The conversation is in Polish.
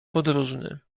podróżny